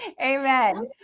Amen